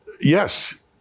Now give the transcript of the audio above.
yes